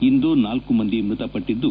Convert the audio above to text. ಇಂದು ನಾಲ್ಕು ಮಂದಿ ಮೃತಪಟ್ಟಿದ್ದು